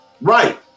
right